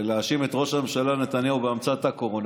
ולהאשים את ראש הממשלה נתניהו בהמצאת הקורונה,